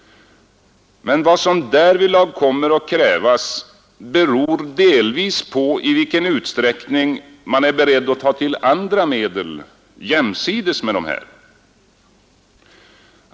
Men vad som därvidlag kommer att krävas beror delvis på i vilken utsträckning man är beredd att ta till andra medel jämsides med de här.